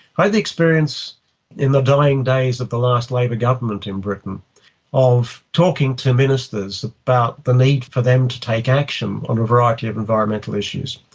i had the experience in the dying days of the last labour government in britain of talking to ministers about the need for them to take action on a variety of environmental issues,